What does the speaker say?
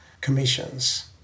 commissions